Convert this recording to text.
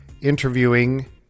interviewing